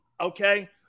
okay